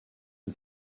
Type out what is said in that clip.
une